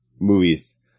Movies